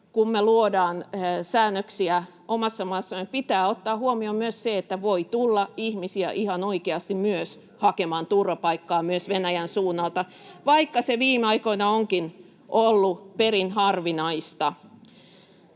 kun me luodaan säännöksiä omassa maassa, meidän pitää ottaa huomioon myös se, että voi tulla ihmisiä ihan oikeasti hakemaan turvapaikkaa myös Venäjän suunnalta, [Sebastian Tynkkynen: Tietenkin!] vaikka se viime aikoina onkin ollut perin harvinaista.